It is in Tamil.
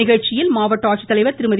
நிகழ்ச்சியில் மாவட்ட ஆட்சித்தலைவர் திருமதி